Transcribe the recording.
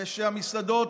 כשהמסעדות